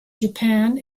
japan